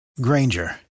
Granger